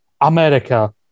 America